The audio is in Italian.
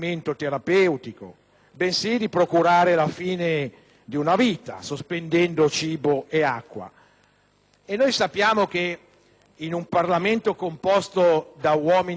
bensì di procurare la fine di una vita, sospendendo cibo e acqua. In un Parlamento composto da uomini liberi,